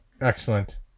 Excellent